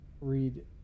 read